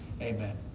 Amen